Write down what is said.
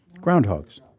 Groundhogs